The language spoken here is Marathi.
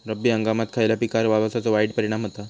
रब्बी हंगामात खयल्या पिकार पावसाचो वाईट परिणाम होता?